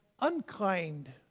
unkind